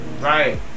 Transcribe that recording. Right